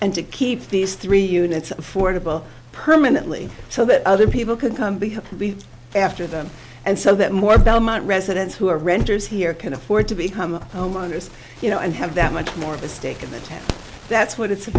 and to keep these three units affordable permanently so that other people could come after them and so that more belmont residents who are renters here can afford to become homeowners you know and have that much more of a stake and that's what it's